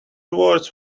words